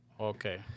Okay